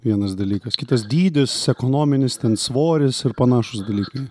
vienas dalykas kitas dydis ekonominis ten svoris ir panašūs dalykai